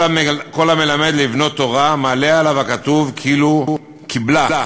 כל המלמד לבנו תורה מעלה עליו הכתוב כאילו קיבלה,